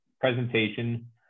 presentation